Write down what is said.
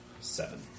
Seven